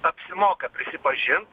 apsimoka prisipažint